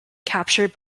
captured